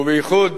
ובייחוד